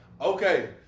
Okay